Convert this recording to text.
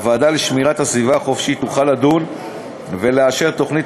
הוועדה לשמירת הסביבה החופית תוכל לדון ולאשר תוכנית